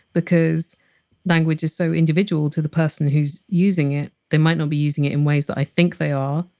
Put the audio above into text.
because language is so individual to the person who's using it they might not be using it in ways that i think they are,